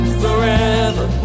forever